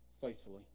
faithfully